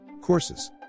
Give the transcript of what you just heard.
Courses